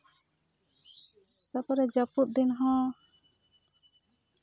ᱛᱟᱯᱚᱨᱮ ᱡᱟᱹᱯᱩᱫ ᱫᱤᱱ ᱦᱚᱸ